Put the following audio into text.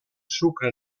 sucre